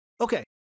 Okay